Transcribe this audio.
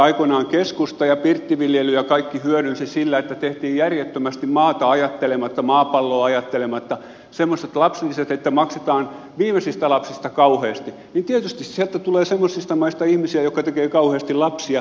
aikoinaan keskusta ja pirttiviljely ja kaikki hyödynsivät sitä että tehtiin järjettömästi maata ajattelematta maapalloa ajattelematta semmoiset lapsilisät että maksetaan viimeisistä lapsista kauheasti nyt tietysti sieltä tulee semmoisista maista ihmisiä jotka tekevät kauheasti lapsia